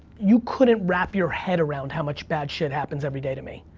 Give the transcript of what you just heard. you couldn't wrap your head around how much bad shit happens everyday to me,